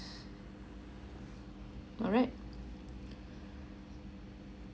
alright